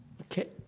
Okay